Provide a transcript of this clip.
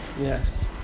Yes